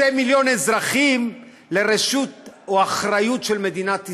מיליון אזרחים לרשות או לאחריות של מדינת ישראל.